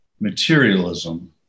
materialism